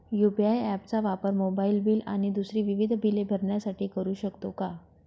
UPI app चा वापर mobile bill आणि दुसरी विविध बिले भरण्यासाठी करू शकतो का?